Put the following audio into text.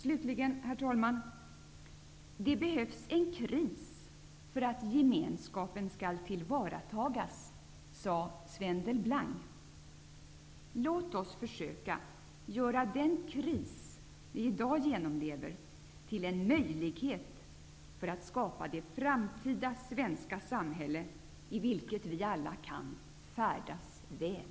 Slutligen: ''Det behövs en kris för att gemenskapen skall tillvaratagas'', sade Sven Låt oss försöka göra den kris som vi i dag ge nomlever till en möjlighet för att skapa det fram tida svenska samhälle i vilket vi alla kan färdas väl.